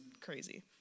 crazy